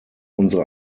unsere